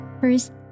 First